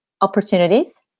opportunities